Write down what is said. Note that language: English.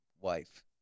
wife